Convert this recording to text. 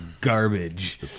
garbage